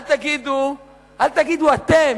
אל תגידו אתם,